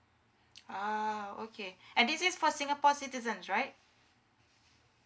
uh okay and this is for singapore citizens right